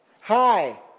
Hi